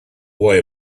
boy